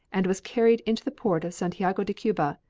and was carried into the port of santiago de cuba,